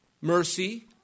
mercy